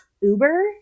Uber